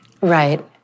Right